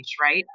right